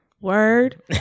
word